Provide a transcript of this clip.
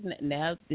now